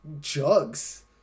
jugs